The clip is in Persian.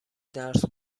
درس